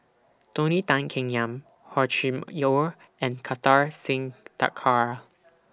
Tony Tan Keng Yam Hor Chim Or and Kartar Singh Thakral